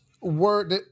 Word